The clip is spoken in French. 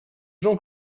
jean